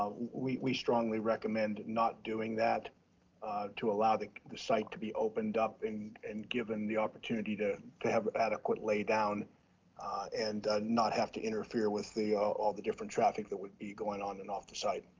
ah we we strongly recommend not doing that to allow the the site to be opened up and and given the opportunity to to have adequate lay down and not have to interfere with all the all the different traffic that would be going on and off the site.